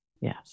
yes